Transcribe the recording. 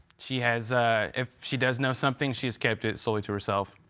she has if she does know something, she's kept it solely to herself.